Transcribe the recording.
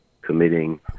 Committing